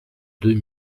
deux